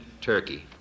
Turkey